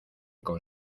con